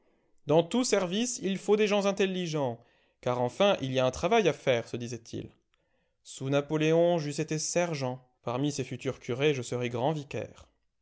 dans tout service il faut des gens intelligents car enfin il y a un travail à faire se disait-il sous napoléon j'eusse été sergent parmi ces futurs curés je serai grand vicaire